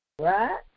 Right